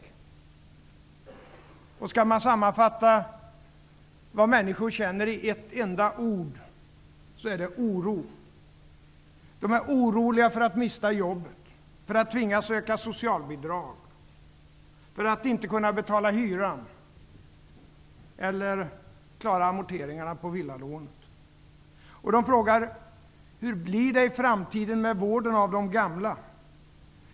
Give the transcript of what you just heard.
Om man med ett enda ord skall sammanfatta vad människor känner så är det oro. De är oroliga för att mista jobbet, för att tvingas söka socialbidrag, för att inte kunna betala hyran eller klara amorteringarna på villalånet. De frågar: Hur blir det i framtiden med vården av de gamla?